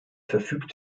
verfügt